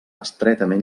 estretament